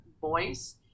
voice